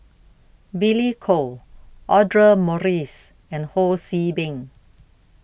Billy Koh Audra Morrice and Ho See Beng